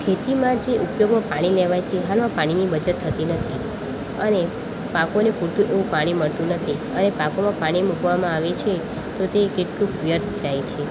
ખેતીમાં જે ઉપયોગમાં પાણી લેવાય છે હાલમાં પાણીની બચત થતી નથી અને પાકોને પૂરતું એવું પાણી મળતું નથી અને પાકોમાં પાણી મૂકવામાં આવે છે તો તે કેટલુંક વ્યર્થ જાય છે